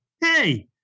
Hey